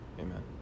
Amen